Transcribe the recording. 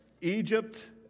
Egypt